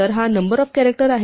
तर हा number of character आहे